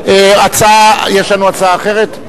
אין הצעה אחרת.